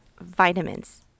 vitamins